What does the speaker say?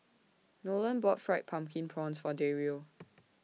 Nolan bought Fried Pumpkin Prawns For Dario